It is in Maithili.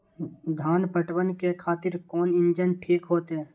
धान पटवन के खातिर कोन इंजन ठीक होते?